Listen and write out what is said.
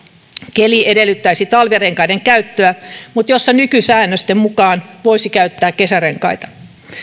keli edellyttäisi talvirenkaiden käyttöä mutta joissa nykysäännösten mukaan voisi käyttää kesärenkaita